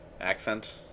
accent